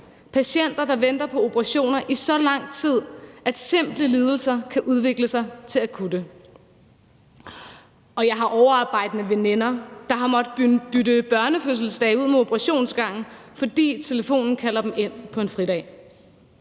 patienter, der venter på operationer i så lang tid, at simple lidelser kan udvikle sig til at blive akutte. Og jeg har overarbejdende veninder, der har måttet bytte børnefødselsdage ud med operationsgangen, fordi de over telefonen er blevet kaldt ind på en fridag.